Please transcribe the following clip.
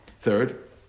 Third